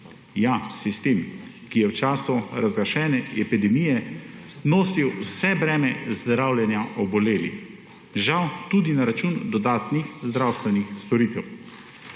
Ja, sistem, ki je v času razglašene epidemije nosil vse breme zdravljenja obolelih, žal tudi na račun dodatnih zdravstvenih storitev.